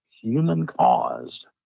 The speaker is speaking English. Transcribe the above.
human-caused